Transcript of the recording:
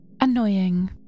Annoying